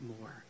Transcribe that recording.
more